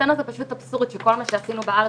מבחינתנו זה פשוט אבסורד שכל מה שעשינו בארץ,